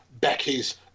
Becky's